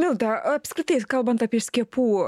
milda apskritai kalbant apie skiepų